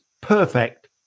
perfect